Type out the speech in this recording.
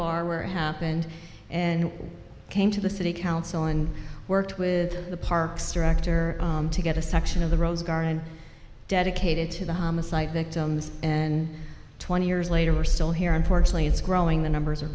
bar where it happened and came to the city council and worked with the parks director to get a section of the rose garden dedicated to the homicide victims and twenty years later we're still here unfortunately it's growing the numbers are